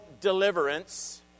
deliverance